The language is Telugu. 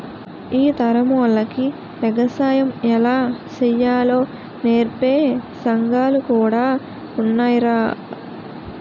ఈ తరమోల్లకి ఎగసాయం ఎలా సెయ్యాలో నేర్పే సంగాలు కూడా ఉన్నాయ్రా